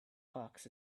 hawks